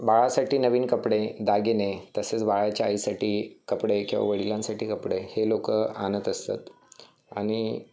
बाळासाठी नवीन कपडे दागिने तसेच बाळाच्या आईसाठी कपडे किंवा वडिलांसाठी कपडे हे लोकं आणत असतात आणि